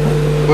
שטויות,